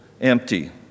empty